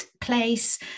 place